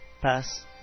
pass